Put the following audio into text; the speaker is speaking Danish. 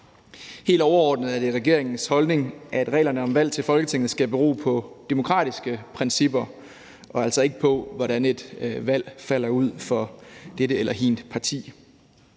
Helt overordnet er det regeringens holdning, at reglerne om valg til Folketinget skal bero på demokratiske principper og altså ikke på, hvordan et valg falder ud for dette eller hint parti.